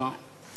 בבקשה,